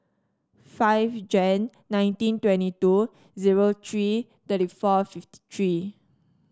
five Jan nineteen twenty two zero three thirty four fifty three